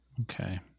Okay